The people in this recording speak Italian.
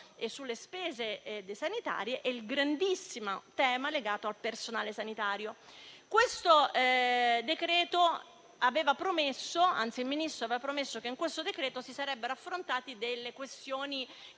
e sulle spese sanitarie e il grandissimo tema legato al personale sanitario. Il Ministro aveva promesso che in questo decreto-legge si sarebbero affrontate questioni